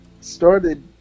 started